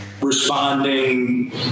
responding